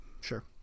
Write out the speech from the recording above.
Sure